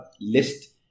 list